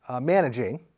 managing